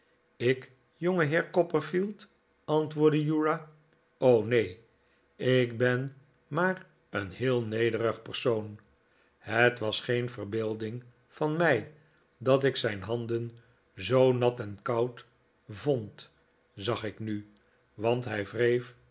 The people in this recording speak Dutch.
ik jongeheer copperfield antwoordde uriah neen ik ben maar een heel nederig persoon het was geen verbeelding van mij dat ik zijn handen zoo nat en koud vond zag ik nu want hij